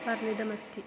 वर्णितमस्ति